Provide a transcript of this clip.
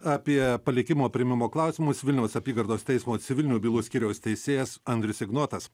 apie palikimo priėmimo klausimus vilniaus apygardos teismo civilinių bylų skyriaus teisėjas andrius ignotas